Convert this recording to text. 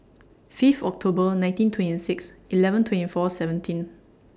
Fifth October nineteen twenty six eleven twenty four seventeen